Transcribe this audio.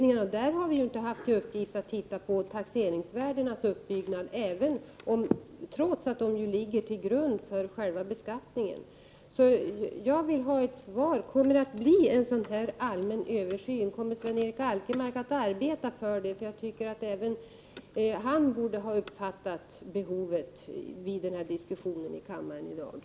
Men där har vi inte haft i uppgift att titta på uppbyggnaden i fråga om taxeringsvärdena, trots att dessa ligger till grund för själva beskattningen. Kommer det att bli en allmän översyn i detta avseende? Och kommer Sven-Erik Alkemark att arbeta för en sådan? Även han borde ju efter dagens debatt här i kammaren ha uppfattat att det finns ett behov av en sådan översyn.